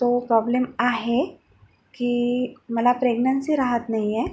तो प्रॉब्लेम आहे की मला प्रेग्नन्सी राहात नाही आहे